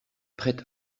prête